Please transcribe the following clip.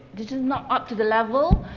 they're just not up to the level,